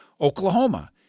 Oklahoma